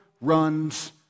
runs